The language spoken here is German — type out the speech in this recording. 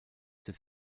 des